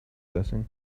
blessing